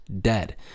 dead